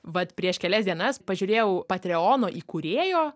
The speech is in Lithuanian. vat prieš kelias dienas pažiūrėjau patreono įkūrėjo